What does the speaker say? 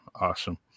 Awesome